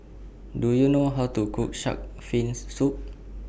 Do YOU know How to Cook Shark's Fins Soup